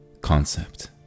concept